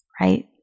Right